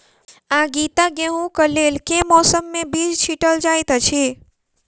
आगिता गेंहूँ कऽ लेल केँ मौसम मे बीज छिटल जाइत अछि?